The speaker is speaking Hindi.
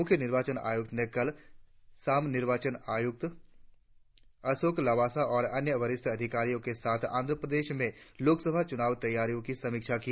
मुख्य निर्वाचन आयुक्त ने कल शाम निर्वाचन आयुक्त अशोक लवासा और अन्य वरिष्ठ अधिकारियों के साथ आंध्र प्रदेश में लोकसभा चुनाव तैयारियों की समीक्षा की